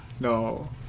No